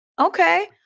okay